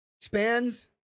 spans